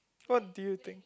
what do you think